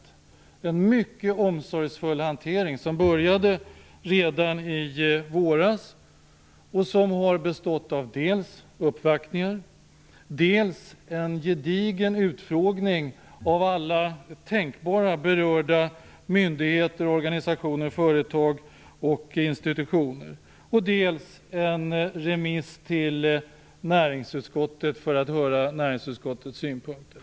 Det har varit en mycket omsorgsfull hantering, som började redan i våras och som har bestått av dels uppvaktningar, dels en gedigen utfrågning av alla tänkbara berörda myndigheter och organisationer, företag och institutioner, och dels en remiss till näringsutskottet för att höra dess synpunkter.